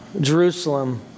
Jerusalem